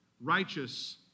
righteous